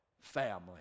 family